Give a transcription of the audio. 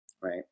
right